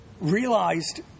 realized